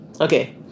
Okay